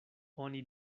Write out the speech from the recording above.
oni